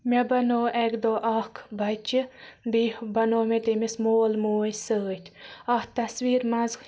مےٚ بَنو اَکہِ دۄہ اکھ بَچہِ بیٚیہِ بَنو مےٚ تٔمِس مول موج سۭتۍ اَتھ تصویٖر منٛز